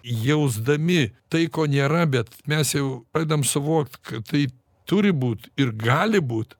jausdami tai ko nėra bet mes jau pradedam suvokt kad tai turi būt ir gali būt